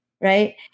right